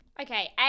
Okay